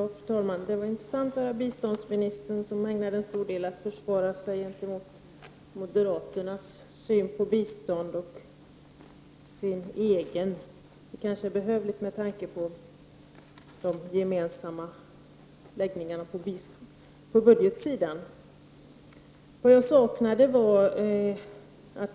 Fru talman! Det var intressant att höra att biståndsministern ägnade en stor del av sitt inlägg till att försvara sin egen syn på bistånd gentemot moderaternas syn på bistånd. Det var kanske behövligt med tanke på de gemensamma förslagen när det gäller budgeten.